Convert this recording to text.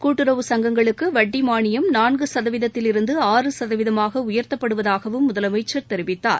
கூட்டுறவு சங்கங்களுக்கு வட்டி மானியம் நான்கு சதவீதத்தில் இருந்து ஆறு சதவீதமாக உயர்த்தப்படுவதாகவும் முதலமைச்சர் தெரிவித்தார்